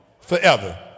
forever